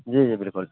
جی جی بالکل